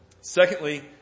Secondly